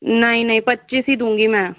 नहीं नहीं पच्चिस ही दूँगी मैं